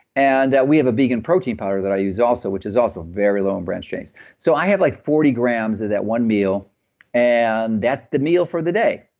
and we have a vegan protein powder that i use also, which is also very low and branch chains so i have like forty grams of that one meal and that's the meal for the day.